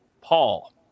Paul